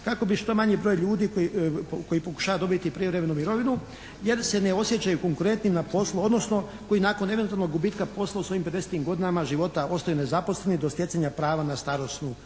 kako bi što manji broj ljudi koji pokušavaju dobiti prijevremenu mirovinu jer se ne osjećaju konkurentnim na poslu odnosno koji nakon eventualnog gubitka posla u svojim 50.-tim godinama života ostaju nezaposlenosti do stjecanja prava na starosnu